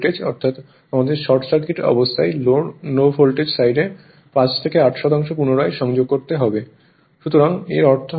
অর্থাৎ আমাদের short circuit অবস্থায় লো ভোল্টেজ সাইডে 5 থেকে 8 শতাংশ পুনরায় সংযোগ করতে হবে